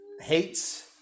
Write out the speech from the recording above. hates